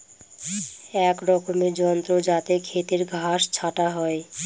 এক রকমের যন্ত্র যাতে খেতের ঘাস ছাটা হয়